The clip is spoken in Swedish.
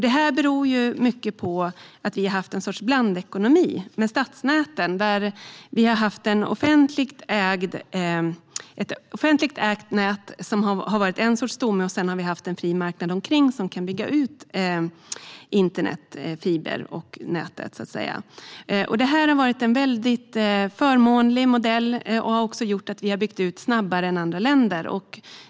Detta beror mycket på att vi har haft ett slags blandekonomi. Vi har haft ett offentligt ägt nät som har varit en stomme, och sedan har vi haft en fri marknad omkring som kan bygga ut internetfiber och nätet. Detta har varit en förmånlig modell som också har gjort att vi har byggt ut snabbare än andra länder.